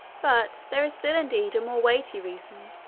but there is still indeed a more weighty reason,